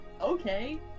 Okay